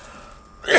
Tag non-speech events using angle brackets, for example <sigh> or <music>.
<breath> <coughs>